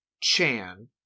chan